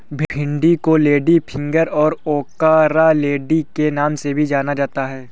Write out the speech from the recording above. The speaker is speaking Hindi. भिन्डी को लेडीफिंगर और ओकरालेडी के नाम से भी जाना जाता है